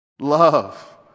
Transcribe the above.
Love